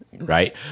right